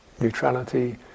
neutrality